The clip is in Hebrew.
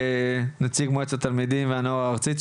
נציג מועצת התלמידים והנוער הארצית.